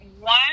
one